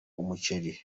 umuceri